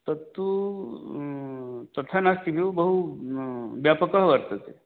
तत्तु तथा नास्ति बहुव्यापकः वर्तते